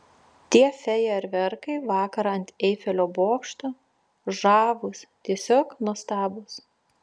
tie fejerverkai vakar ant eifelio bokšto žavūs tiesiog nuostabūs